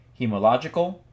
Hemological